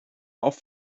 auf